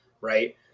right